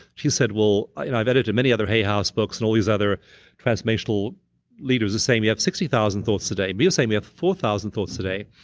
she said, well, i've edited many other hay house books, and all these other transformational leaders are saying we have sixty thousand thoughts a day, but you're saying we have four thousand thoughts day.